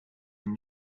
and